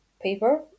paper